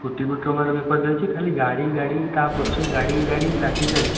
କୋଟି କୋଟି ଟଙ୍କାର ବେପାର ଚାଲିଛି ଖାଲି ଗାଡ଼ି କି ଗାଡ଼ି ତା ପଛକୁ ଗାଡ଼ି କି ଗାଡ଼ି ଲାଗି ଚାଲିଛି